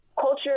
culture